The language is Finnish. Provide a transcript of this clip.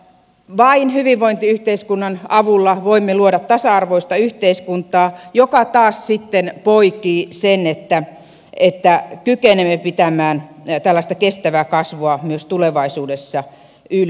vain hyvinvointiyhteiskunnan avulla voimme luoda tasa arvoista yhteiskuntaa joka taas sitten poikii sen että kykenemme pitämään tällaista kestävää kasvua myös tulevaisuudessa yllä